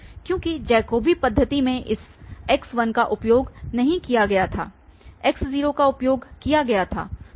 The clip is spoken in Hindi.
क्योंकि जैकोबी पद्धति में इस x1 का उपयोग नहीं किया गया था x0 का उपयोग किया गया था